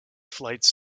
flights